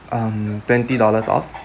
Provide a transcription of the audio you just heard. um twenty dollars off